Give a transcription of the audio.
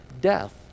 death